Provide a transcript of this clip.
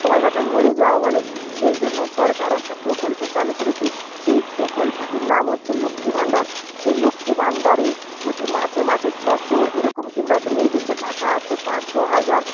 সবাই ভাবে মরে যাওয়া ভালো সেই জন্য সরকার একটা প্রকল্প চালু করেছে সেই প্রকল্পটির নাম হচ্ছে লক্ষ্মী ভাণ্ডার সেই লক্ষ্মী ভাণ্ডারে প্রতি মাসে মাসে ছশো এরকম কিংবা একটা নির্দিষ্ট টাকা আছে পাঁচশো হাজার